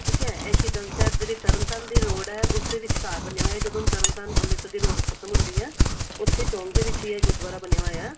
ਠੀਕ ਹੈ ਇਹ ਸ਼ਹੀਦਾਂ ਸਾਹਿਬ ਜਿਹੜੀ ਤਰਨ ਤਾਰਨ ਦੀ ਲੋੜ ਹੈ ਉਸ ਦੇ ਵਿਚਕਾਰ ਬਣਿਆ ਹੋਇਆ ਜਦੋਂ ਤਰਨ ਤਾਰਨ ਅੰਮ੍ਰਿਤਸਰ ਦੇ ਰੋਡ ਖ਼ਤਮ ਹੁੰਦੀ ਹੈ ਉੱਥੇ ਚੌਂਕ ਦੇ ਵਿੱਚ ਹੀ ਇਹ ਗੁਰਦੁਆਰਾ ਬਣਿਆ ਹੋਇਆ